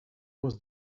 was